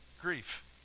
grief